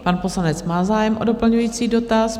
Pan poslanec má zájem o doplňující dotaz.